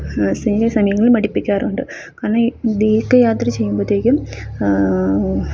സമയങ്ങളിൽ മടുപ്പിക്കാറുണ്ട് കാരണം ദീര്ഘയാത്ര ചെയ്യുമ്പോഴത്തേക്കും